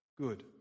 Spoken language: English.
good